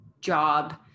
job